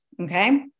Okay